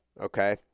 okay